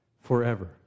Forever